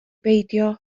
beidio